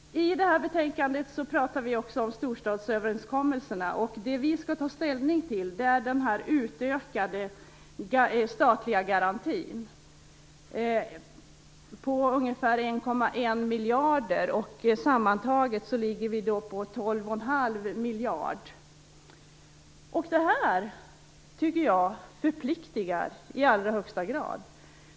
I det här betänkandet pratar vi också om storstadsöverenskommelserna. Det vi skall ta ställning till är den utökade statliga garantin på ungefär 1,1 miljarder. Sammantaget blir det då 12,5 miljarder. Jag tycker att det förpliktigar i allra högsta grad.